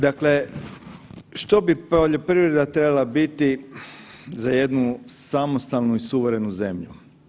Dakle, što bi poljoprivreda trebala biti za jednu samostalnu i suverenu zemlju?